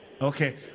Okay